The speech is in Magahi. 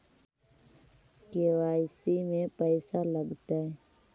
के.वाई.सी में पैसा लगतै?